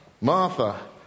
Martha